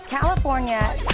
California